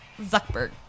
Zuckerberg